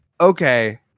okay